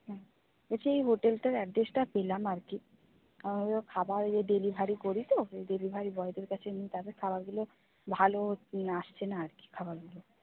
হুম বলছি এই হোটেলটার অ্যাড্রেসটা পেলাম আর কি খাবার ডেলিভারি করি তো ওই ডেলিভারি বয়দের কাছে নিই তাদের খাবারগুলো ভালো আসছে না আর কি খাবারগুলো